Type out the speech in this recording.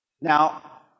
Now